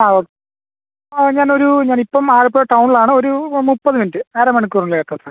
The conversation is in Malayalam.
ആ ഓ ആ ഞാനൊരു ഞാനിപ്പം ആലപ്പുഴ ടൗൺലാണ് ഒരു മുപ്പത് മിനിറ്റ് അര മണിക്കൂറുള്ളിലെത്താൻ സാർ